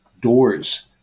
doors